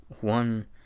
One